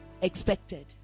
expected